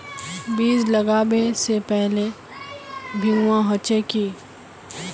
बीज लागबे से पहले भींगावे होचे की?